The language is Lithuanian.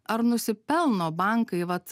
ar nusipelno bankai vat